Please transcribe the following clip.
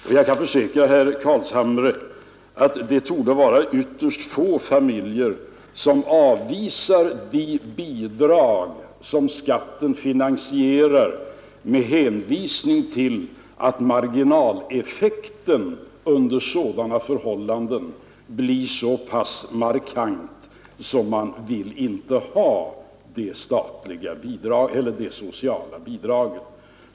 Och jag kan försäkra herr Carlshamre, att det torde vara ytterst få familjer som avvisar de bidrag som skatten finansierar med hänvisning till att marginaleffekten under sådana förhållanden blir så pass markant att de inte vill ha de sociala bidragen.